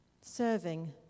serving